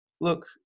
look